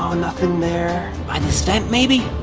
um nothing there. by this vent, maybe?